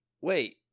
Wait